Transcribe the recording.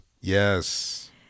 yes